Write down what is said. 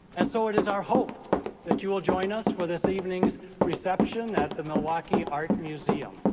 and so it is our hope that you will join us for this evening's reception at the milwaukee art museum.